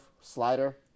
slider